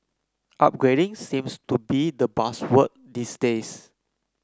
upgrading seems to be the buzzword these days